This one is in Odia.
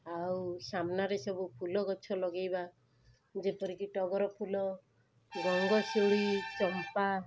ଆଉ ସାମ୍ନାରେ ସବୁ ଫୁଲଗଛ ଲଗାଇବା ଯେପରିକି ଟଗରଫୁଲ ଗଙ୍ଗଶିଉଳି ଚମ୍ପା